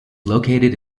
located